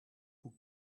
who